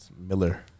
Miller